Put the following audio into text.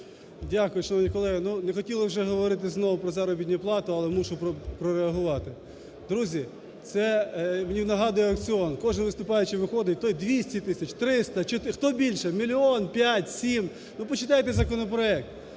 Шановні колеги, ну, не хотілось вже говорити знову про заробітну плату, але мушу прореагувати. Друзі, це мені нагадує аукціон, кожен виступаючий виходить, той 200 тисяч, 300, хто більше, мільйон, 5, 7. Ну, почитайте законопроект